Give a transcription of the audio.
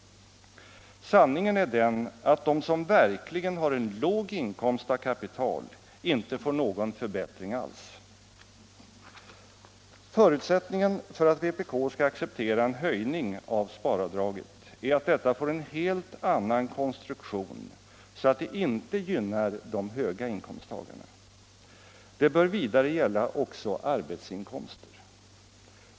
Sanningen är den att den som verkligen har en låg inkomst av kapital inte får någon för bättring alls. Förutsättningen för att vpk skall acceptera en höjning av sparavdraget är att detta får en helt annan konstruktion, så att det icke gynnar de höga inkomsttagarna. Det bör vidare gälla också arbetsinkomster.